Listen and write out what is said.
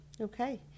Okay